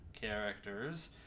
characters